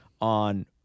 on